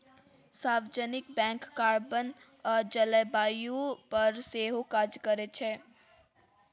सार्वजनिक bank carbon आ जलबायु पर सेहो काज करै छै